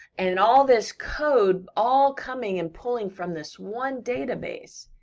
and all this code, all coming and pulling from this one database,